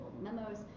memos